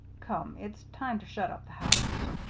come, it's time ter shut up the house.